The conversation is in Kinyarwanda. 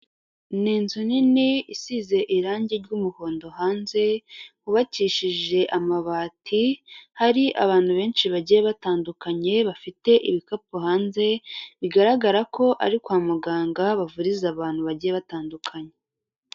Ni inzu nini isize irangi ry'umuhondo, hanze hubakishije amabati hari abantu benshi bagiye batandukanye bafite ibikapu hanze, bigaragara ko ari kwa muganga bavuriza abantu bagiye batandukanye.